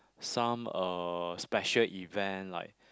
some uh special event like